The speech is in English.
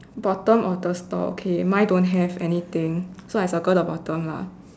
bottom of the store okay mine don't have anything so I circle the bottom lah